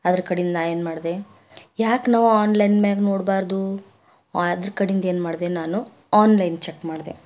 ಅದ್ರ ಕಡಿಂದ ನಾನು ಏನು ಮಾಡಿದೆ ಯಾಕೆ ನಾವು ಆನ್ಲೈನ್ ಮೇಗ ನೋಡ್ಬಾರ್ದು ಆನ್ ಅದ್ರ ಕಡಿಂದು ಏನು ಮಾಡಿದೆ ನಾನು ಆನ್ಲೈನ್ ಚಕ್ ಮಾಡಿದೆ